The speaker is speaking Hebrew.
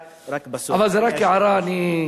רק בסוף, אבל זה רק הערה, אני,